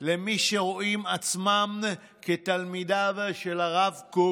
למי שרואים עצמם כתלמידיו של הרב קוק,